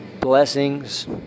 Blessings